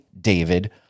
David